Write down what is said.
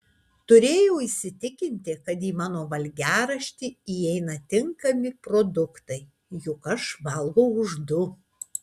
turėjau įsitikinti kad į mano valgiaraštį įeina tinkami produktai juk aš valgau už du